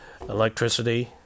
electricity